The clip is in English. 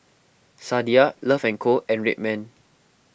Sadia Love and Co and Red Man